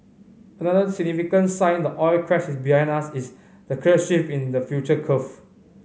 another significant sign the oil crash is behind us is the clear shift in the futures curve